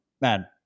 Man